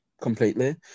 completely